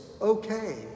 okay